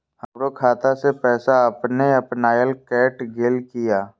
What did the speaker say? हमरो खाता से पैसा अपने अपनायल केट गेल किया?